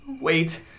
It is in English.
Wait